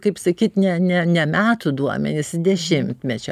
kaip sakyt ne ne ne metų duomenys dešimtmečio